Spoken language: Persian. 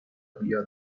بیا